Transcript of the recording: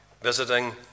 visiting